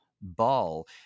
Ball